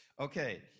Okay